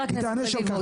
היא תיענש על כך,